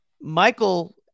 Michael